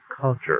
culture